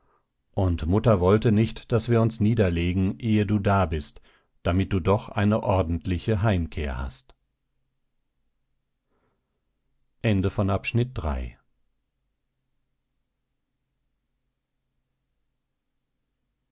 und mutter wollte nicht daß wir uns niederlegen ehe du da bist damit du doch eine ordentliche heimkehr hast